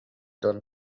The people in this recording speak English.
don